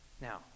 Now